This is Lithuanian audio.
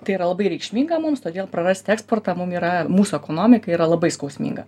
tai yra labai reikšminga mums todėl prarasti eksportą mum yra mūsų ekonomikai yra labai skausminga